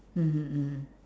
mmhmm mmhmm